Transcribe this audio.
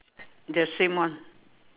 the same one